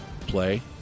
play